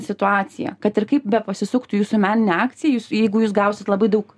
situacija kad ir kaip bepasisuktų jūsų meninė akcija jūs jeigu jūs gausit labai daug